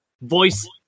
voice